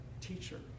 teacher